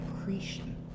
accretion